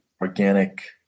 organic